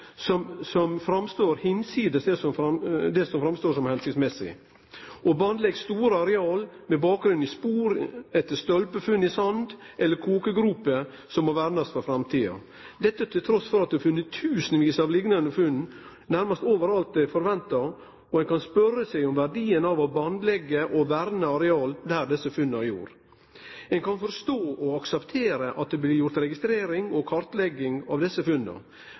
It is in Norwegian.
som står fram – bortanfor det som er hensiktsmessig – og bandlegg store areal, med bakgrunn i spor etter stolpefunn i sanden eller kokegroper som må vernast for framtida, trass i at det er tusenvis av liknande funn nærmast over alt der det er venta. Ein kan spørje seg om verdien av å bandleggje og verne areala der desse funna er gjorde. Ein kan forstå og akseptere at det blir gjort registrering og kartlegging av desse funna,